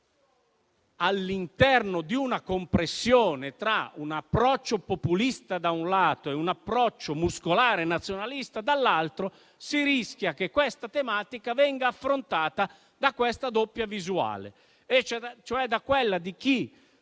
all'interno di una compressione tra un approccio populista - da un lato - e un approccio muscolare nazionalista - dall'altro lato - si rischia che la tematica venga affrontata da questa doppia visuale,